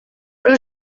però